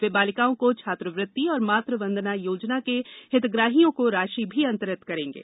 वे बालिकाओं को छात्रवृत्ति और मातृ वंदना योजना के हितग्राहियों को राशि भी अंतरित करेंगे